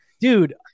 dude